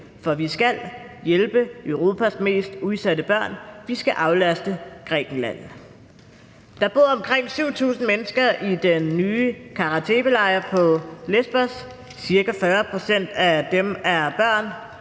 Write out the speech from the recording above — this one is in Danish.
For vi skal hjælpe Europas mest udsatte børn – vi skal aflaste Grækenland. Der bor omkring 7.000 mennesker i den nye Kara Tepe-lejr på Lesbos. Cirka 40 pct. af dem er børn,